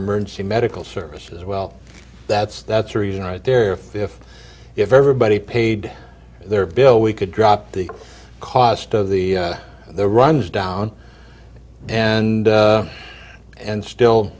emergency medical services as well that's that's the reason right there if if if everybody paid their bill we could drop the cost of the the runs down and and still